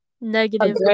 negative